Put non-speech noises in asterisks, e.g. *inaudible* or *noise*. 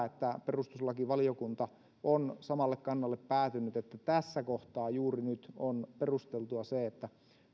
*unintelligible* että perustuslakivaliokunta on samalle kannalle päätynyt että tässä kohtaa juuri nyt on perusteltua se että